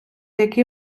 який